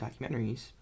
documentaries